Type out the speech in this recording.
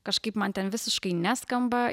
kažkaip man ten visiškai neskamba